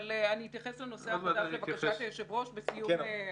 אבל אני אתייחס לנושא החדש לבקשת היושב-ראש בסיום --- כן,